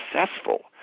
successful